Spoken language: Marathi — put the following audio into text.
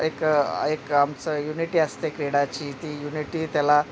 एक एक आमचं युनिटी असते क्रीडाची ती युनिटी त्याला